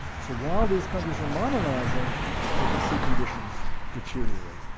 so while these countries are modernizing they can see conditions deteriorate,